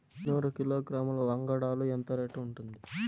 నూరు కిలోగ్రాముల వంగడాలు ఎంత రేటు ఉంటుంది?